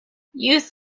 youth